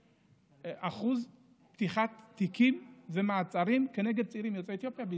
4.6% פתיחת תיקים ומעצרים כנגד צעירים יוצאי אתיופיה בישראל,